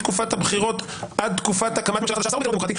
מתקופת הבחירות עד תקופת הקמת ממשלה חדשה השר בגירעון דמוקרטי,